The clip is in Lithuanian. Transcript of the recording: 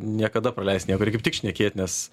niekada praleist kaip tik šnekėt